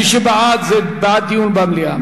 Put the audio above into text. מי שבעד זה בעד דיון במליאה,